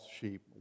sheep